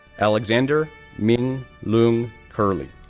alexander ming loong kirley,